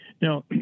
Now